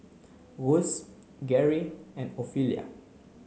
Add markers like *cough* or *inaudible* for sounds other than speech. *unintelligible* Garry and Ophelia